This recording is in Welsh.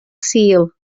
sul